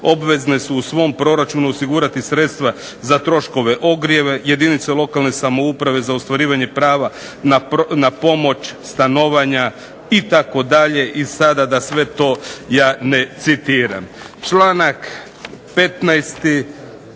obvezne su u svom proračunu osigurati sredstva za troškove ogrijeva. Jedinice lokalne samouprave za ostvarivanje prava na pomoć stanovanja itd. I sada da sve to ja ne citiram. Članak 15.